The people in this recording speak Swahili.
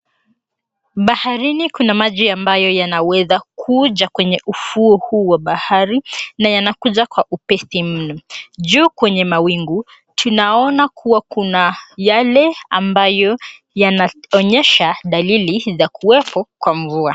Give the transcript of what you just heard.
Baharini kuna maji abayo yanayoweza kuja kwenye ufuo huu wa bahari, na yanakuja kwa upesi mno. Juu kwenye mawingi tunaona kuwa kuna miale ambayo yanaonyesha dalili ya kuwepo kwa mvua.